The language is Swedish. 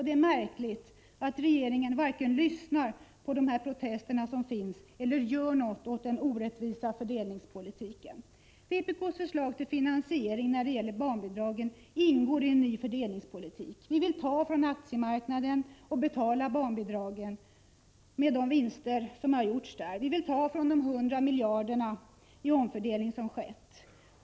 Det är märkligt att regeringen inte lyssnar på de protester som framförs eller gör något åt den orättvisa fördelningspolitiken. Vpk:s förslag till finansiering av barnbidragen ingår i en ny fördelningspolitik. Vi vill ta från aktiemarknaden och betala barnbidragen med de vinster som har gjorts där. Vi vill ta från de 100 miljarder som omfördelats.